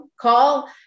call